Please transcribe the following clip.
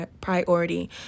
priority